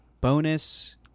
bonus